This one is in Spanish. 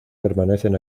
permanecen